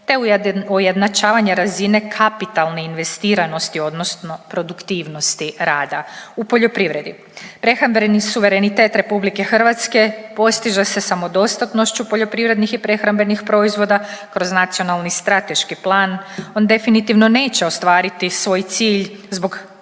te ujednačavanja razine kapitalne investiranosti odnosno produktivnosti rada u poljoprivredi. Prehrambeni suverenitet RH postiže se samodostatnošću poljoprivrednih i prehrambenih proizvoda kroz Nacionalni strateški plan. On definitivno neće ostvariti svoj cilj zbog